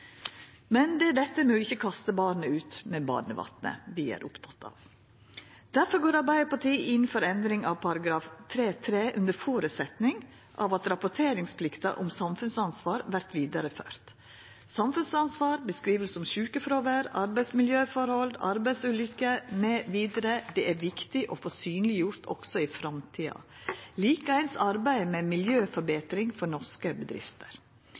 Det er å ikkje kasta barnet ut med badevatnet vi er opptekne av. Difor går Arbeidarpartiet inn for endring av § 3-3, under føresetnad av at rapporteringsplikta om samfunnsansvar vert vidareført. Samfunnsansvar, beskriving av sjukefråvær, arbeidsmiljøforhold, arbeidsulykker mv. er det viktig å få synleggjort også i framtida, likeeins arbeidet med miljøforbetring for norske bedrifter.